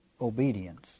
obedience